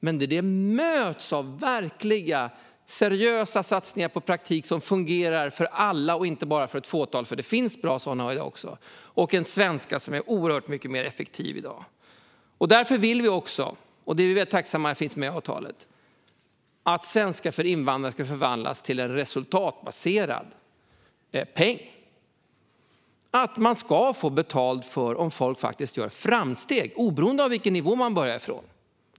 Men detta ska mötas av verkliga, seriösa satsningar på praktik som fungerar för alla och inte bara för ett fåtal - det finns det som fungerar bra i dag också - och en svenskundervisning som är oerhört mycket mer effektiv än i dag. Därför vill vi också, och vi är väldigt tacksamma för att det finns med i avtalet, att ersättningen för svenska för invandrare ska förvandlas till en resultatbaserad peng så att man får betalt om folk faktiskt gör framsteg, oberoende av vilken nivå man börjar från.